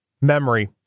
memory